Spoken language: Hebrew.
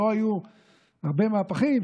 לא היו הרבה מהפכים,